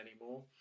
anymore